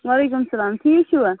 وعلیکُم سلام ٹھیٖک چھُوا